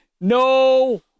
No